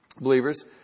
believers